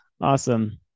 Awesome